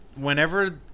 whenever